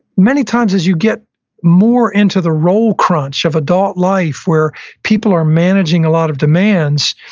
many times as you get more into the role crunch of adult life where people are managing a lot of demands,